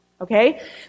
Okay